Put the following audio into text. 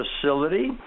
facility